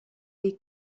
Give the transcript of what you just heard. dei